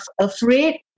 afraid